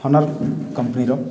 ହନର କମ୍ପାନୀର